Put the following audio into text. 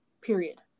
Period